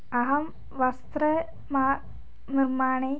अहं वस्त्रं मा निर्माणे